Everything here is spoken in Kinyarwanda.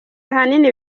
ahanini